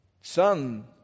son